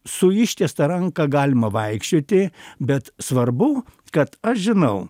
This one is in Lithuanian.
su ištiesta ranka galima vaikščioti bet svarbu kad aš žinau